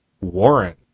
Warren